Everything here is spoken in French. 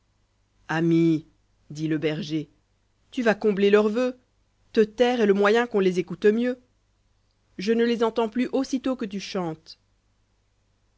ami dit le berger tu vas combler leurs voeux te taire est le moyen qu'on les écoute mieux le ne les entends plus aussitôt que tu chantes